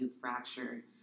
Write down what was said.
fracture